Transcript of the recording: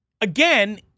again